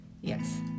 Yes